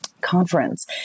conference